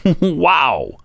Wow